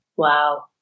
wow